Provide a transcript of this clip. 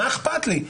מה אכפת לי?